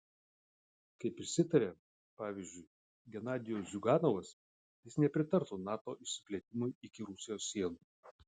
kaip išsitarė pavyzdžiui genadijus ziuganovas jis nepritartų nato išsiplėtimui iki rusijos sienų